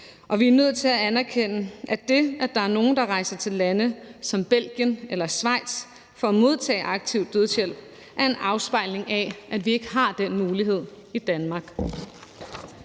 Og vi er nødt til at anerkende, at det, at der er nogle, der rejser til lande som Belgien eller Schweiz for at modtage aktiv dødshjælp, er en afspejling af, at vi ikke har den mulighed i Danmark.